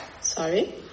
Sorry